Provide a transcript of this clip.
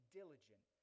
diligent